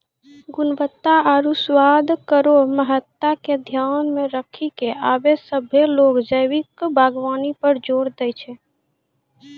गुणवत्ता आरु स्वाद केरो महत्ता के ध्यान मे रखी क आबे सभ्भे लोग जैविक बागबानी पर जोर दै छै